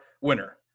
winner